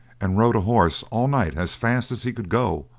and rode a horse all night as fast as he could go,